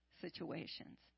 situations